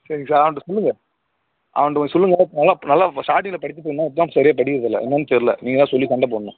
சரிங்க சார் அவன்கிட்ட சொல்லுங்கள் அவன்கிட்ட கொஞ்சம் சொல்லுங்கள் நல்லா நல்லா ஸ்டார்டிங்கில் படிச்சுட்டுருந்தான் இப்போ தான் சரியாக படிக்கிறதில்ல என்னன்னு தெரியல நீங்கள் தான் சொல்லி சண்டை போடணும்